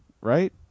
Right